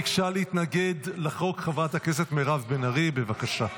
ביקשה להתנגד לחוק חברת הכנסת מירב בן ארי, בבקשה.